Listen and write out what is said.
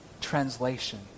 translation